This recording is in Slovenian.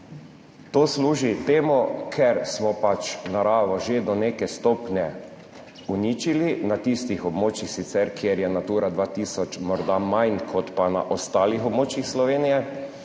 To služi temu, ker smo naravo že do neke stopnje uničili, na tistih območjih sicer kjer je Natura 2000 morda manj kot pa na ostalih območjih Slovenije,